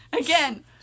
again